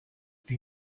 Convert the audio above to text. die